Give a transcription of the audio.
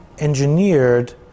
engineered